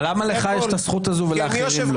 למה לך יש הזכות הזו ולאחרים לא?